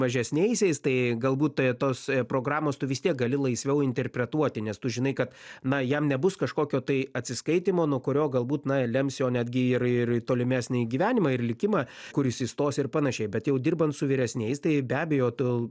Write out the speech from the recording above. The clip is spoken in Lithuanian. mažesniaisiais tai galbūt tai tos programos tu vis tiek gali laisviau interpretuoti nes tu žinai kad na jam nebus kažkokio tai atsiskaitymo nuo kurio galbūt lems jo netgi ir ir tolimesnį gyvenimą ir likimą kur jis įstos ir panašiai bet jau dirbant su vyresniais tai be abejo tu